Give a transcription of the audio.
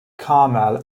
carmel